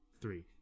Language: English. three